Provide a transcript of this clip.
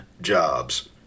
jobs